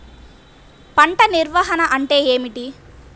పంట నిర్వాహణ అంటే ఏమిటి?